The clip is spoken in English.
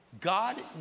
God